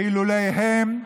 ואילולא הם,